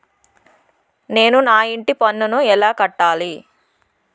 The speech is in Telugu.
నేను నా ఇంటి పన్నును ఎలా కట్టాలి?